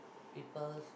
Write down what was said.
people's